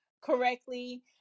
correctly